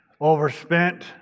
overspent